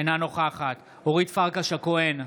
אינה נוכחת אורית פרקש הכהן,